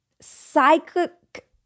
psychic